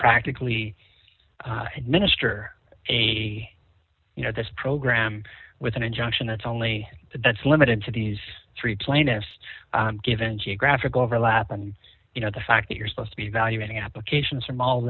practically administer a you know this program with an injunction that's only that's limited to these three plaintiffs given geographical overlap and you know the fact that you're supposed to be evaluating applications from all of